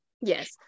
Yes